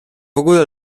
ogóle